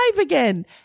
again